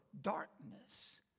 darkness